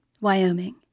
Wyoming